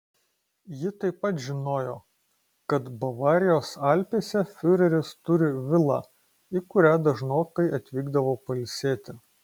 ji taip pat žinojo kad bavarijos alpėse fiureris turi vilą į kurią dažnokai atvykdavo pailsėti